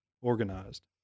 organized